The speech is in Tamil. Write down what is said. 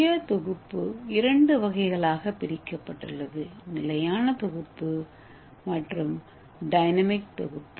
சுய தொகுப்பு இரண்டு வகைகளாக பிரிக்கப்பட்டுள்ளது நிலையான தொகுப்பு மற்றும் டைனமிக் தொகுப்பு